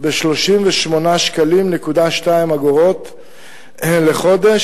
ב-38.2 שקלים לחודש,